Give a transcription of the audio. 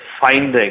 finding